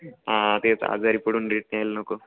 हां तेच आजारी पडून लेट यायला नको